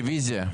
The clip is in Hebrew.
רביזיה.